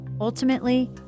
Ultimately